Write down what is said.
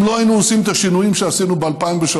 אם לא היינו עושים את השינויים שעשינו ב-2003,